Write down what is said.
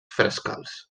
frescals